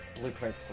Blueprint